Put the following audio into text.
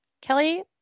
Kelly